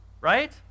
right